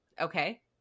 okay